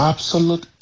Absolute